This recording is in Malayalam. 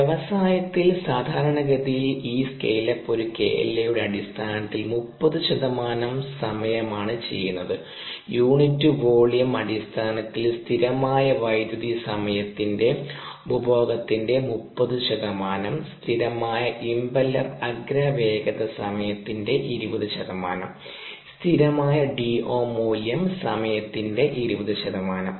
വ്യവസായത്തിൽ സാധാരണഗതിയിൽ ഈ സ്കെയിൽ അപ്പ് ഒരു KLa യുടെ അടിസ്ഥാനത്തിൽ 30 ശതമാനം സമയമാണ് ചെയ്യുന്നത് യൂണിറ്റ് വോളിയം അടിസ്ഥാനത്തിൽ സ്ഥിരമായ വൈദ്യുതി സമയത്തിൻറെ ഉപഭോഗത്തിൽ 30 ശതമാനം സ്ഥിരമായ ഇംപെല്ലർ അഗ്ര വേഗത സമയത്തിൻറെ 20 ശതമാനം സ്ഥിരമായ DO മൂല്യം സമയത്തിൻറെ 20 ശതമാനം